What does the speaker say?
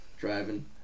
driving